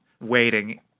waiting